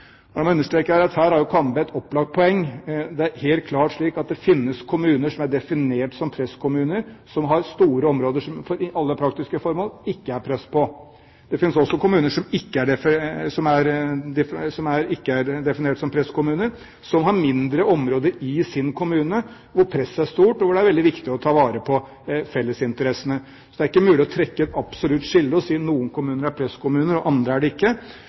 La meg understreke at her har Kambe et opplagt poeng. Det er helt klart slik at det finnes kommuner som er definert som presskommuner, som har store områder som det til alle praktiske formål ikke er press på. Det finnes også kommuner som ikke er definert som presskommuner, som har mindre områder i sin kommune hvor presset er stort og hvor det er veldig viktig å ta vare på fellesinteressene. Så det er ikke mulig å trekke et absolutt skille og si at noen kommuner er presskommuner og andre er det ikke.